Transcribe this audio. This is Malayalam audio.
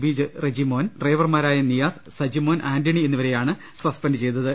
ബി റെജിമോൻ ഡ്രൈവർമാരായ നിയാസ് സജിമോൻ ആന്റണി എന്നിവരെയാണ് സസ്പന്റ് ചെയ്തത്